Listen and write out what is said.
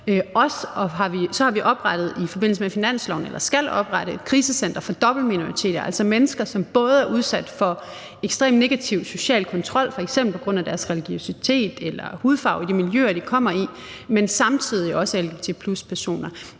oprette et krisecenter for dobbeltminoriteter, altså mennesker, som både er udsat for ekstrem negativ social kontrol, f.eks. på grund af deres religiøsitet eller hudfarve i de miljøer, de kommer i, men som samtidig også er lgbt+-personer.